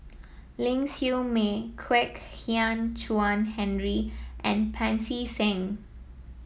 Ling Siew May Kwek Hian Chuan Henry and Pancy Seng